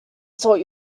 sort